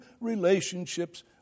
relationships